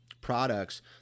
products